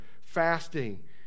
fasting